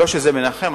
לא שזה מנחם.